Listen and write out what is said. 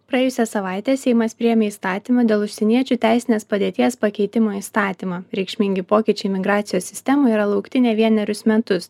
praėjusią savaitę seimas priėmė įstatymą dėl užsieniečių teisinės padėties pakeitimo įstatymą reikšmingi pokyčiai migracijos sistemoje yra laukti ne vienerius metus